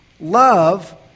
Love